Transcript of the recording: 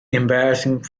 embarrassing